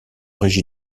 régie